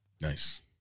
Nice